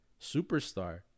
superstar